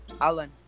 Alan